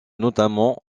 notamment